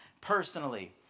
personally